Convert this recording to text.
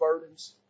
burdens